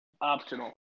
Optional